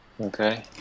Okay